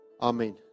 Amen